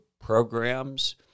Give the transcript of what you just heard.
Programs